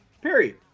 Period